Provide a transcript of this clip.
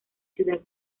ciudad